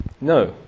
No